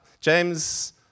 James